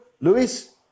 Luis